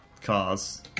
cars